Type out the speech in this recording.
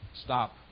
stop